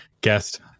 guest